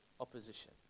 opposition